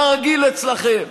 כרגיל אצלכם,